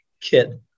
kit